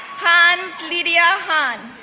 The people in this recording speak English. hans lydia han,